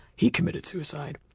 he committed suicide.